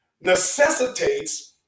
necessitates